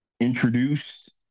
introduced